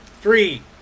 three